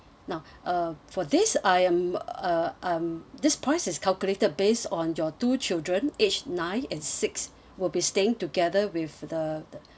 now uh for this I am uh um this price is calculated based on your two children aged nine and six will be staying together with the the